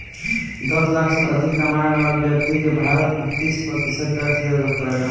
दस लाख से अधिक कमाए वाला ब्यक्ति के भारत में तीस प्रतिशत टैक्स देवे के पड़ेला